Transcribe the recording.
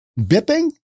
Bipping